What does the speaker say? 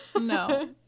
No